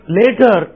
later